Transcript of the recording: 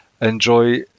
enjoy